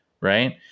right